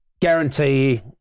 guarantee